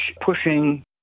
pushing